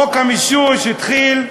חוק המישוש התחיל: